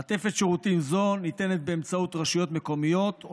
מעטפת שירותים זו ניתנת באמצעות רשויות מקומיות או